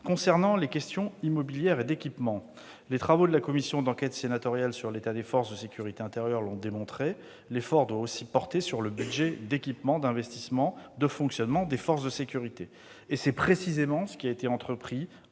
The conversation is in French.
Concernant les questions d'immobilier et d'équipement, les travaux de la commission d'enquête sénatoriale sur l'état des forces de sécurité intérieure l'ont montré : l'effort doit aussi porter sur le budget d'équipement, d'investissement et de fonctionnement des forces de sécurité. C'est précisément ce que nous avons entrepris